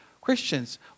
Christians